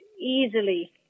easily